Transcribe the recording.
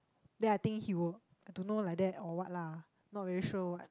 then I think he will don't know like that or what lah not very sure what